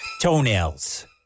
toenails